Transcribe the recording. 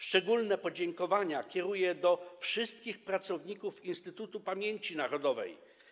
Szczególne podziękowania kieruję do wszystkich pracowników Instytutu Pamięci Narodowej.